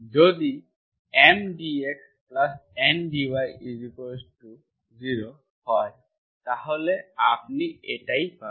যদি M dxN dy0 হয় তাহলে আপনি এটাই পাবেন